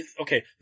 okay